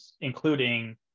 including